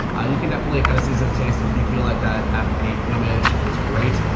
ah, you can definitely kind of season a taste. if you feel like that f eight image is great,